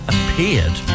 appeared